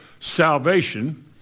salvation